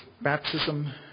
baptism